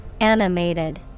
Animated